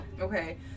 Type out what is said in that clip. Okay